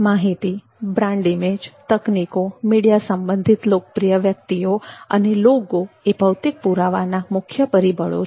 માહિતી brand image તકનીકો media સંબંધિત લોકપ્રિય વ્યકિતઓ અને લોગો એ ભૌતિક પુરાવાના મુખ્ય પરિબળો છે